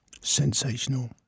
sensational